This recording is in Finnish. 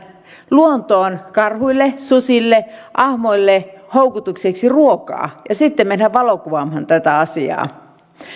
luontoon karhuille susille ahmoille houkutukseksi ruokaa ja sitten mennään valokuvaamaan tätä asiaa tämä